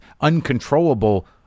uncontrollable